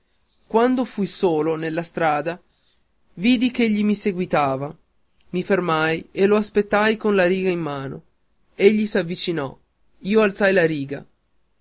quando fui solo nella strada vidi ch'egli mi seguitava i fermai e lo aspettai con la riga in mano egli s'avvicinò io alzai la riga